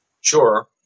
Sure